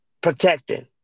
protecting